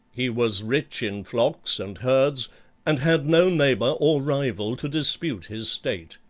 he was rich in flocks and herds and had no neighbor or rival to dispute his state.